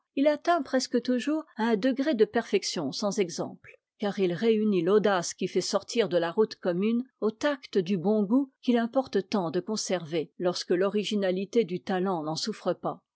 il atteint presque toujours à un degré de perfection sans exemple car il réunit l'audace qui fait sortir de la route commune au tact du bon goût qu'il importe tant de conserver lorsque l'originalité du talent n'en souffre pas